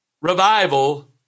revival